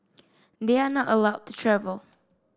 they are not allowed to travel